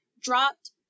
dropped